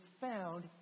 found